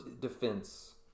defense